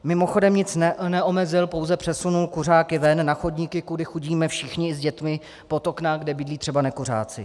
Mimochodem nic neomezil, pouze přesunul kuřáky ven, na chodníky, kudy chodíme všichni s dětmi, pod okna, kde bydlí třeba nekuřáci.